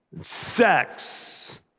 sex